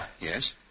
Yes